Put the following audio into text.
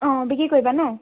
অঁ বিক্ৰী কৰিবা ন